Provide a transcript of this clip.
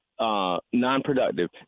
Non-productive